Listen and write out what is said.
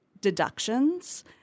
deductions